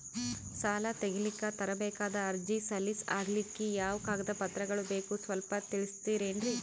ಸಾಲ ತೆಗಿಲಿಕ್ಕ ತರಬೇಕಾದ ಅರ್ಜಿ ಸಲೀಸ್ ಆಗ್ಲಿಕ್ಕಿ ಯಾವ ಕಾಗದ ಪತ್ರಗಳು ಬೇಕು ಸ್ವಲ್ಪ ತಿಳಿಸತಿರೆನ್ರಿ?